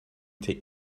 take